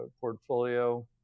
portfolio